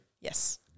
Yes